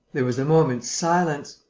there was a moment's silence.